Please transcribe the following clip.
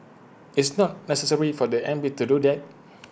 it's not necessary for the M P to do that